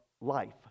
life